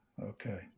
Okay